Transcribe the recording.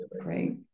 Great